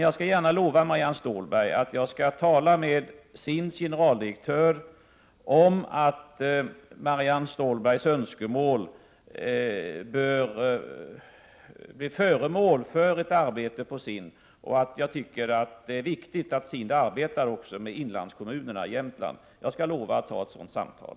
Jag skall gärna lova Marianne Stålberg att tala med SIND:s generaldirektör om att Marianne Stålbergs önskemål bör bli föremål för ett arbete på SIND och framhålla att det är viktigt att SIND arbetar också med inlandskommunerna i Jämtland. Jag lovar alltså att ta ett sådant samtal.